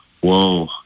whoa